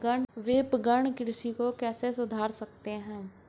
विपणन कृषि को कैसे सुधार सकते हैं?